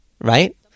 right